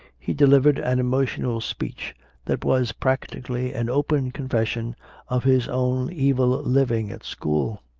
he delivered an emotional speech that was practically an open confession of his own evil living at school.